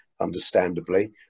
understandably